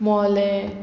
मोलें